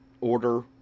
order